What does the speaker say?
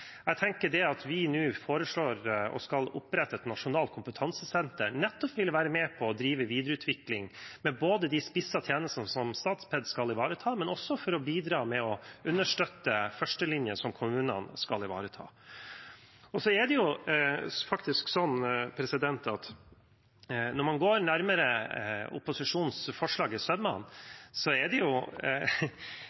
Jeg tenker at det at vi nå foreslår – og skal opprette – et nasjonalt kompetansesenter, nettopp vil være med på å drive videreutvikling, både med de spissede tjenestene som Statped skal ivareta, og også for å bidra med å understøtte førstelinjen, som kommunene skal ivareta. Det er sånn at når man går opposisjonens forslag nærmere